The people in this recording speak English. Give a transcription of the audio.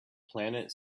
planet